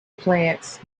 plants